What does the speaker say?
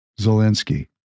Zelensky